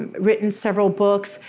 ah written several books.